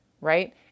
right